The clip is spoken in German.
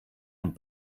und